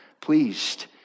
pleased